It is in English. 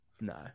No